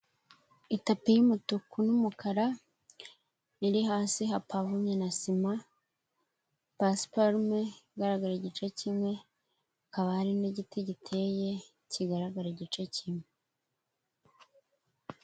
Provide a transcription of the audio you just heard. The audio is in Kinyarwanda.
Itapi y'umutuku n'umukara, iri hasi hapavomye na sima, pasiparme igaragara igice kimwe, kabari hari n'igiti giteye kigaragara igice kimwe.